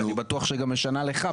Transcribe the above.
שאני בטוח שגם משנה לך,